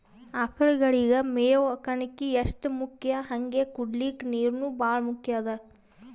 ಆಕಳಗಳಿಗ್ ಮೇವ್ ಕಣಕಿ ಎಷ್ಟ್ ಮುಖ್ಯ ಹಂಗೆ ಕುಡ್ಲಿಕ್ ನೀರ್ನೂ ಭಾಳ್ ಮುಖ್ಯ ಅದಾ